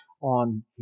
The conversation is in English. on